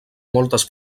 moltes